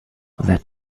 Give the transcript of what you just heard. that